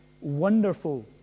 wonderful